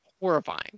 horrifying